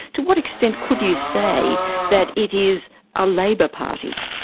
to what extent could you say that it is a labour party?